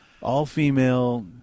all-female